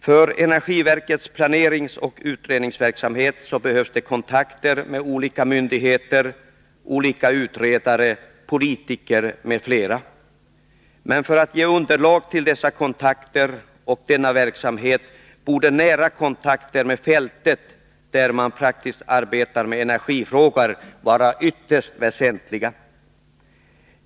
För energiverkets planeringsoch utredningsverksamhet behövs kontakter med olika myndigheter, med utredare, politiker m.fl. För att ge underlag till dessa kontakter och denna verksamhet borde nära kontakter med det praktiska arbetet med energifrågorna på fältet vara ytterst väsentliga.